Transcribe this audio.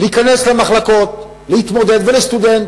להיכנס למחלקות, להתמודד, וגם לסטודנט.